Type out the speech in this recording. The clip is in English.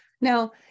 Now